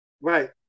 Right